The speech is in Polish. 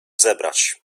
zebrać